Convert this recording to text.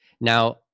Now